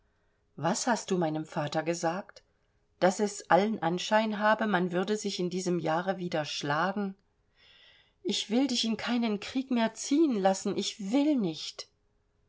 was hast du meinem vater gesagt daß es allen anschein habe man würde sich in diesem jahre wieder schlagen ich will dich in keinen krieg mehr ziehen lassen ich will nicht